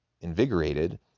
invigorated